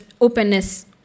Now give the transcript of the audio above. openness